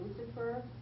Lucifer